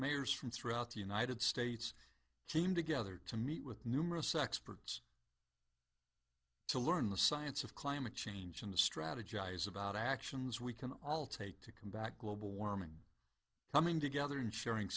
mayors from throughout the united states came together to meet with numerous experts to learn the science of climate change and to strategize about actions we can all take to combat global warming coming together and sharing